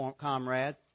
comrade